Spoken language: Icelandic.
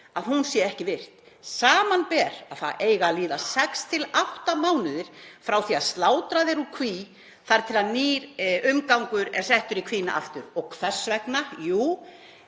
laxeldið er ekki virt, samanber að það eiga að líða sex til átta mánuðir frá því að slátrað er úr kví þar til nýr umgangur er settur í kvína aftur. Og hvers vegna? Jú,